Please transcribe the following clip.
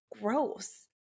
gross